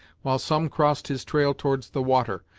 while some crossed his trail towards the water,